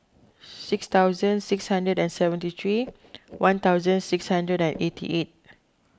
six thousand six hundred and seventy three one thousand six hundred and eighty eight